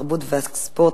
התרבות והספורט,